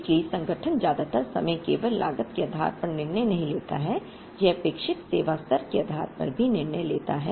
इसलिए संगठन ज्यादातर समय केवल लागत के आधार पर निर्णय नहीं लेता है यह अपेक्षित सेवा स्तर के आधार पर भी निर्णय लेता है